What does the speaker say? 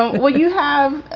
what you have.